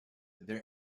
their